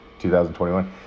2021